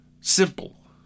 Simple